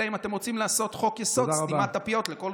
אלא אם כן אתם רוצים לעשות חוק-יסוד: סתימת הפיות לכל